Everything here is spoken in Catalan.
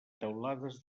teulades